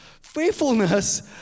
faithfulness